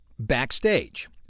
backstage